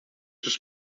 dos